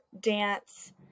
dance